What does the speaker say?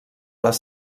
les